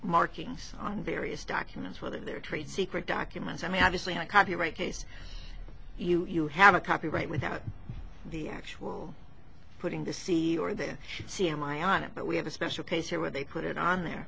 markings on various documents whether they're trade secret documents i mean obviously a copyright case you have a copyright without the actual putting the sea or the c m i on it but we have a special case here where they put it on there